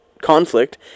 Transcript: conflict